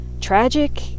tragic